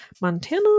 Montana